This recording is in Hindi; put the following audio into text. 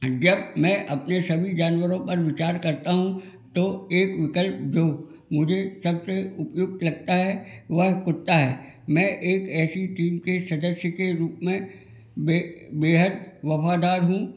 जब मैं अपने सभी जानवरों पर विचार करता हूँ तो एक विकल्प जो मुझे सबसे उपयुक्त लगता है वह कुत्ता है मैं एक ऐसी टीम के सदस्य के रूप में बे बेहद वफादार हूँ